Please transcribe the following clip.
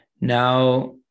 Now